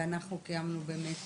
ואנחנו קיימנו באמת